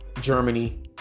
Germany